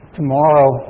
tomorrow